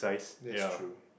this is true